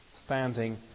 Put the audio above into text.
Standing